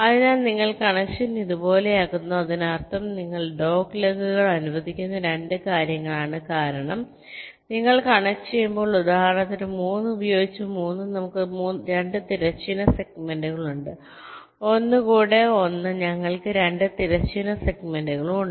അതിനാൽ നിങ്ങൾ കണക്ഷൻ ഇതുപോലെയാക്കുന്നു ഇതിനർത്ഥം നിങ്ങൾ ഡോഗ്ലെഗുകൾ അനുവദിക്കുന്ന 2 കാര്യങ്ങളാണ് കാരണം നിങ്ങൾ കണക്റ്റുചെയ്യുമ്പോൾ ഉദാഹരണത്തിന് 3 ഉപയോഗിച്ച് 3 നമുക്ക് 2 തിരശ്ചീന സെഗ്മെന്റുകൾ ഉണ്ട് 1 കൂടെ 1 ഞങ്ങൾക്ക് 2 തിരശ്ചീന സെഗ്മെന്റുകളും ഉണ്ട്